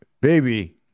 baby